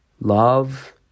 Love